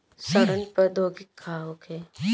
सड़न प्रधौगिकी का होखे?